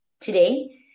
Today